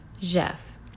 Jeff